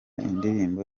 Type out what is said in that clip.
indirimbo